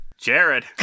Jared